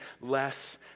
less